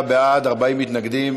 27 בעד, 40 מתנגדים.